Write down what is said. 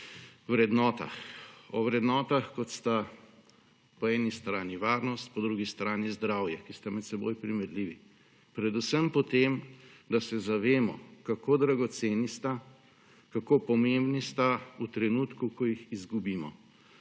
vrednotah; o vrednotah, kot sta po eni strani varnost, po drugi strani zdravje, ki sta med seboj primerljivi. Predvsem po tem, da se zavemo, kako dragoceni sta, kako pomembni sta v trenutku, ko jih izgubimo,